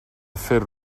fer